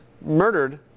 murdered